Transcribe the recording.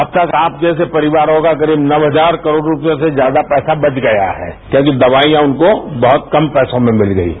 अब तक आप जैसे परिवारों का करीब नौ हजार करोड रूपए से ज्यादा का पैसा बच गया है क्योंकि दवाईयां उनको बहुत कम पैसे में मिल गई हैं